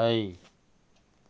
हइ